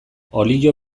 olio